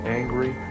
angry